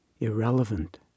irrelevant